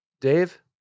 Dave